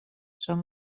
són